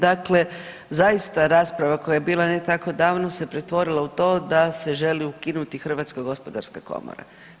Dakle, zaista rasprava koja je bila ne tako davno se pretvorila u to da se želi ukinuti Hrvatska gospodarska komora.